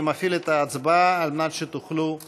אני מפעיל את ההצבעה על מנת שתוכלו להירשם,